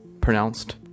pronounced